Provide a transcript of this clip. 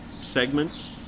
segments